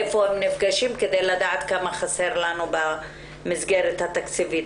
איפה הן נפגשות כדי לדעת כמה חסר לנו ממסגרת התקציבית.